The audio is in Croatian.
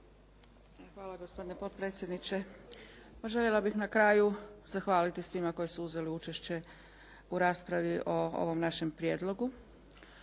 Hvala gospodine potpredsjedniče. Pa željela bih na kraju zahvaliti svima koji su uzeli učešće u raspravi o ovom našem prijedlogu.